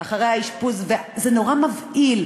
אחרי האשפוז, זה נורא מבהיל.